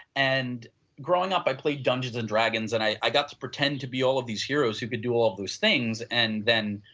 and growing up i played dungeons and dragons and i i got to pretend to be all of these heroes who can do all of those things. and then,